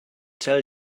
tell